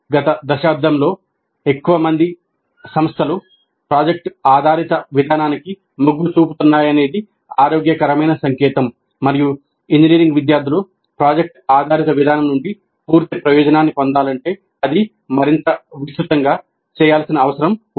గత దశాబ్దంలో ఎక్కువ మంది సంస్థలు ప్రాజెక్టు ఆధారిత విధానానికి మొగ్గు చూపుతున్నాయనేది ఆరోగ్యకరమైన సంకేతం మరియు ఇంజనీరింగ్ విద్యార్థులు ప్రాజెక్ట్ ఆధారిత విధానం నుండి పూర్తి ప్రయోజనాన్ని పొందాలంటే అది మరింత విస్తృతంగా చేయాల్సిన అవసరం ఉంది